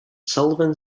sullivan